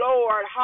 Lord